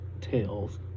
tails